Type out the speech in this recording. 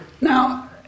Now